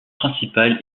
principal